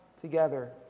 together